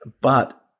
But-